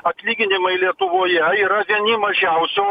atlyginimai lietuvoje yra vieni mažiausių